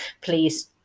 please